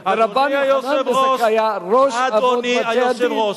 לעשות, ולא דעת תורה.